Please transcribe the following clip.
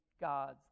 gods